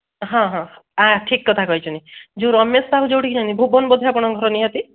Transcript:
ହଁ ହଁ ଠିକ୍ କଥା କହିଛନ୍ତି ଯେଉଁ ରମେଶ ସାହୁ ଯେଉଁଠିକି ଯାଆନ୍ତି ଭୁବନ ବୋଧେ ଆପଣଙ୍କ ଘର ନିହାତି